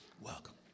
welcome